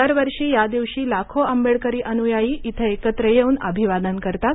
दरवर्षी या दिवशी लाखो आंबेडकरी अनुयायी इथं एकत्र येऊन अभिवादन करतात